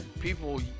People